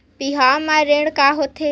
बिहाव म ऋण का होथे?